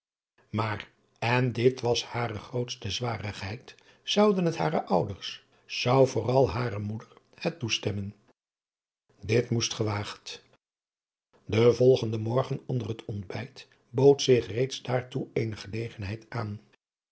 maar en dit was hare grootste zwarigheid zouden het hare ouders zou vooral hare moeder het toestemmen dit moest gewaagd den volgenden morgen onder het ontbijt bood zich reeds daartoe eene gelegenheid aan